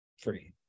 free